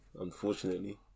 Unfortunately